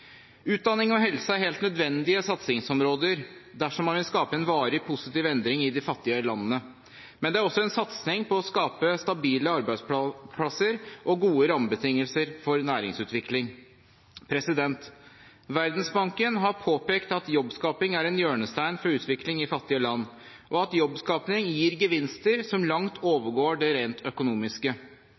Utdanning og helse er helt nødvendige satsingsområder dersom man vil skape en varig, positiv endring i de fattige landene. Men det er også en satsing på å skape stabile arbeidsplasser og gode rammebetingelser for næringsutvikling. Verdensbanken har påpekt at jobbskaping er en hjørnestein for utvikling i fattige land, og at jobbskaping gir gevinster som langt overgår det rent økonomiske.